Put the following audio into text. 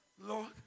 Lord